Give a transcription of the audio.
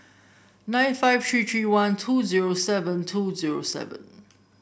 nine five three three one two zero seven two zero seven